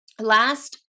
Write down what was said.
last